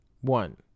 One